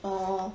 orh